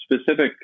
specific